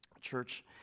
Church